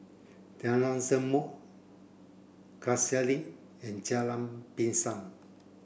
Jalan Zamrud Cassia Link and Jalan Pisang